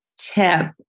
tip